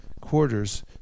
quarters